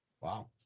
Wow